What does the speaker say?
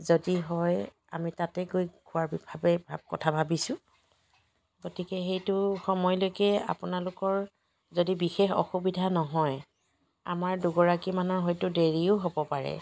যদি হয় আমি তাতে গৈ খোৱাৰ কথা ভাবিছো গতিকে সেইটোৰ সময়লৈকে আপোনালোকৰ যদি বিশেষ অসুবিধা নহয় আমাৰ দুগৰাকীমানৰ হয়তো দেৰিও হ'ব পাৰে